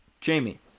Jamie